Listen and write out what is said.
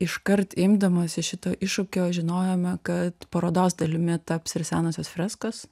iškart imdamasi šito iššūkio žinojome kad parodos dalimi taps ir senosios freskos